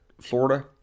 Florida